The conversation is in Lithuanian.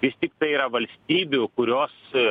vis tik tai yra valstybių kurios